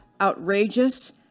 outrageous